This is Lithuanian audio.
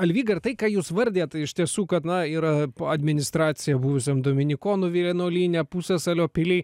alvyga tai ką jūs vardijat iš tiesų kad na yra po administracija buvusiam dominikonų vienuolyne pusiasalio pily